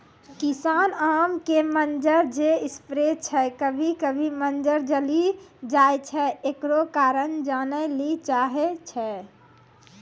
किसान आम के मंजर जे स्प्रे छैय कभी कभी मंजर जली जाय छैय, एकरो कारण जाने ली चाहेय छैय?